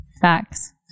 facts